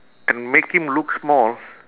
and make him look small